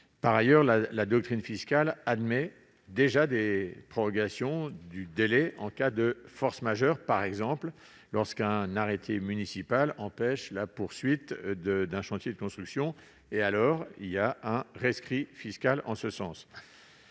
Par ailleurs, la doctrine fiscale admet déjà des prorogations du délai en cas de force majeure, par exemple lorsqu'un arrêté municipal empêche la poursuite d'un chantier de construction ; il existe un rescrit fiscal en ce sens.